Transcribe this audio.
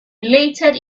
related